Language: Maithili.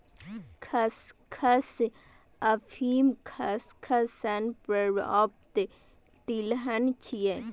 खसखस अफीम खसखस सं प्राप्त तिलहन छियै